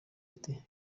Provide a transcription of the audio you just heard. ate